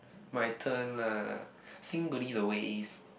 my turn lah the waste